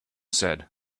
said